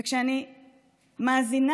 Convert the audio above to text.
וכשאני מאזינה,